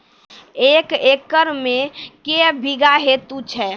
एक एकरऽ मे के बीघा हेतु छै?